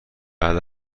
بعد